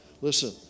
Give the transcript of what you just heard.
Listen